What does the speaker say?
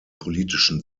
politischen